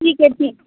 ठीक है ठीक